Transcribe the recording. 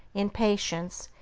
in patience,